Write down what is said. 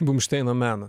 bumšteino menas